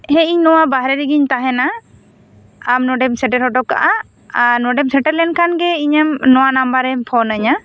ᱦᱮᱸ ᱤᱧ ᱱᱚᱣᱟ ᱵᱟᱦᱨᱮ ᱨᱮᱜᱮᱧ ᱛᱟᱦᱮᱱᱟ ᱟᱢ ᱱᱚᱸᱰᱮᱢ ᱥᱮᱴᱮᱨ ᱦᱚᱴᱚ ᱠᱟᱜ ᱟ ᱟᱨ ᱱᱚᱸᱰᱮᱢ ᱥᱮᱴᱮᱨ ᱞᱮᱱ ᱠᱷᱟᱱ ᱜᱮ ᱤᱧᱮᱢ ᱱᱚᱣᱟ ᱱᱟᱢᱵᱟᱨ ᱨᱮᱢ ᱯᱷᱳᱱ ᱟᱹᱧᱟᱹ